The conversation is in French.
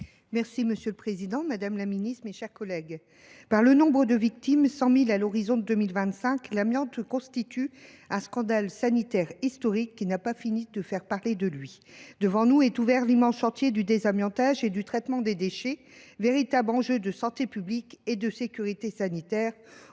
Monsieur le président, madame la ministre, mes chers collègues, par le nombre de ses victimes – 100 000 à l’horizon 2025 –, l’amiante constitue un scandale sanitaire historique qui n’a pas fini de faire parler de lui. Devant nous est ouvert l’immense chantier du désamiantage et du traitement des déchets, véritable enjeu de santé publique et de sécurité sanitaire